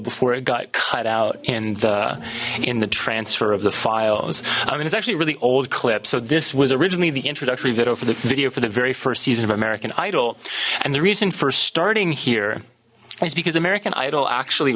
before it got cut out in the in the transfer of the files i mean it's actually a really old clip so this was originally the introductory video for the video for the very first season of american idol and the reason for starting here is because american idol actually